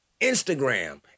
Instagram